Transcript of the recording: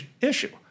issue